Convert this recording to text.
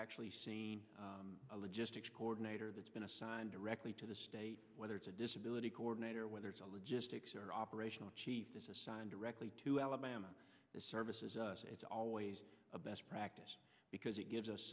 actually seen a logistics coordinator that's been assigned directly to the state whether it's a disability coordinator whether it's a logistics or operational chief is assigned directly to alabama services it's always a best practice because it gives us